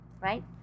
right